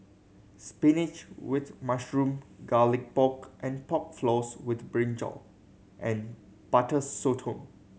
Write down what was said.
spinach with mushroom Garlic Pork and Pork Floss with brinjal and Butter Sotong